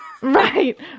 Right